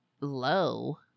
low